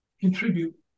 contribute